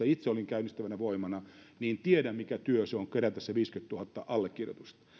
itse olin käynnistävänä voimana tässä eläkkeitä koskevassa kansalaisaloitteessa ja tiedän mikä työ on kerätä se viisikymmentätuhatta allekirjoitusta